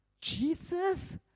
Jesus